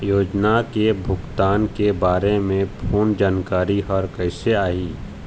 योजना के भुगतान के बारे मे फोन जानकारी हर कइसे आही?